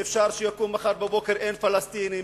ואפשר שיקום מחר בבוקר ואין פלסטינים,